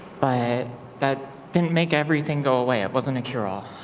but that didn't make everything go away. it wasn't a cure off.